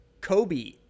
Kobe